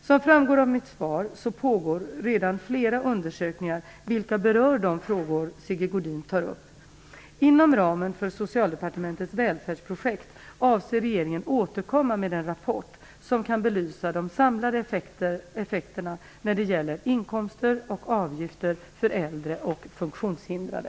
Som framgår av mitt svar pågår redan flera undersökningar vilka berör de frågor Sigge Godin tar upp. Inom ramen för Socialdepartementets välfärdsprojekt avser regeringen återkomma med en rapport som kan belysa de samlade effekterna när det gäller inkomster och avgifter för äldre och funktionshindrade.